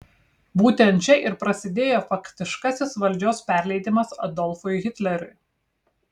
būtent čia ir prasidėjo faktiškasis valdžios perleidimas adolfui hitleriui